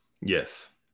Yes